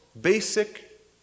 basic